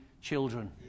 children